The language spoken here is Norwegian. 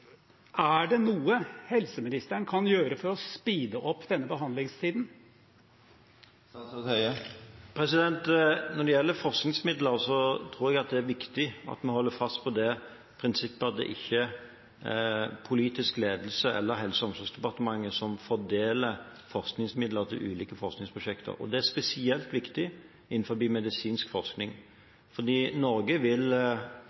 Er det noe helseministeren kan gjøre for å speede opp denne behandlingstiden? Når det gjelder forskningsmidler, tror jeg det er viktig at vi holder fast på prinsippet om at det ikke er politisk ledelse eller Helse- og omsorgsdepartementet som fordeler forskningsmidler til ulike forskningsprosjekter, og det er spesielt viktig innen medisinsk forskning. Norge vil